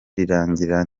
rirengera